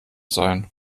sein